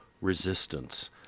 resistance